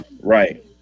Right